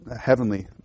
heavenly